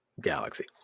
galaxy